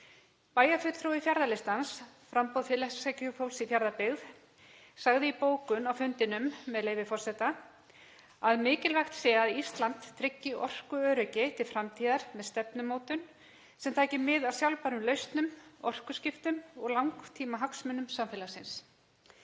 Bæjarfulltrúi Fjarðalistans, framboðs félagshyggjufólks í Fjarðabyggð, sagði í bókun á fundinum að mikilvægt sé að Ísland tryggi orkuöryggi til framtíðar með stefnumótun sem taki mið af sjálfbærum lausnum, orkuskiptum og langtímahagsmunum samfélagsins.